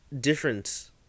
difference